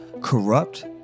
corrupt